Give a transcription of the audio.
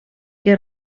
que